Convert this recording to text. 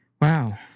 Wow